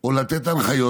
או לתת הנחיות.